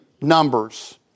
numbers